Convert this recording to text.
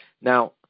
Now